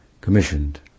commissioned